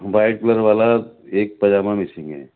white colour والا ایک پاجامہ مسنگ ہے